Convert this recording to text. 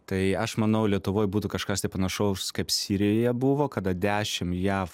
tai aš manau lietuvoj būtų kažkas tai panašaus kaip sirijoje buvo kada dešim jav